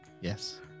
Yes